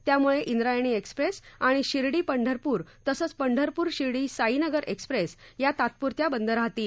त्यामुळे इंद्रायणी एक्सप्रेस आणि शिर्डी पंढरपूर तसंच पंढरपूर शिर्डी साईनगर एक्सप्रेस या तात्पुरत्या बंद राहतील